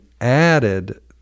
added